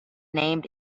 named